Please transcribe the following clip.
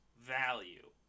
value